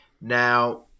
Now